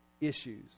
issues